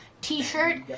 T-shirt